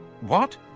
What